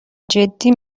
جدی